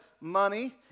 money